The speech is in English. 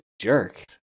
Jerk